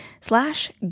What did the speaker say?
slash